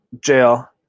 jail